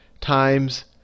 times